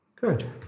Good